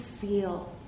feel